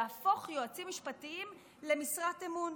להפוך יועצים משפטיים למשרת אמון.